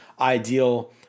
ideal